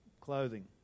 clothing